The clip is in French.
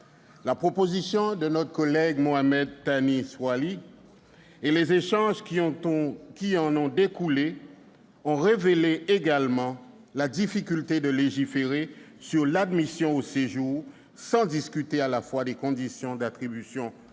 La proposition de notre collègue M. Thani Mohamed Soilihi et les échanges qui en ont découlé ont révélé également la difficulté de légiférer sur l'admission au séjour sans discuter à la fois des conditions d'attribution de